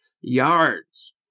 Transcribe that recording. yards